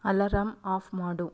alarm off ಮಾಡು